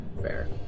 Fair